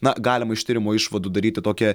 na galima iš tyrimo išvadų daryti tokią